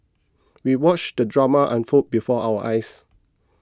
we watched the drama unfold before our eyes